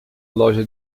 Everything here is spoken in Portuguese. loja